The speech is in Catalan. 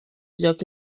joc